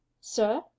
sir